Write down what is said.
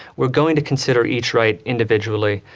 we're going to consider each right individually,